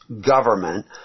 government